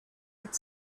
had